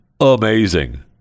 amazing